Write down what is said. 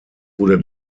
wurde